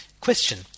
Question